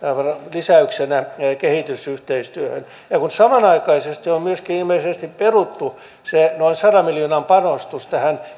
lisäyksenä kehitysyhteistyöhön ja kun samanaikaisesti on ilmeisesti peruttu myöskin se noin sadan miljoonan panostus